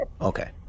Okay